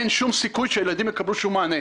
אין סיכוי שהם יקבלו מענה.